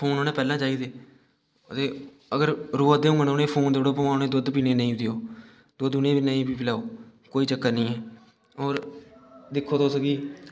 phone उ'नें पैह्ले चाहिदे ते अगर रोआ दे होङन उ'नेंगी फोन देई ओड़ो भामें दुद्ध उ'नेंगी दुद्ध पीने गी नेईं देओ दुद्ध उ'नेंगी नेईं बी पलैओ कोई चक्कर नेईं ऐ होर दिक्खो तुस कि